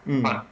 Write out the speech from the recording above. mm